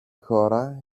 χώρα